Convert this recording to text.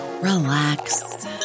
relax